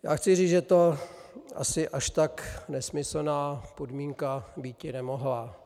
Já chci říct, že to asi až tak nesmyslná podmínka býti nemohla.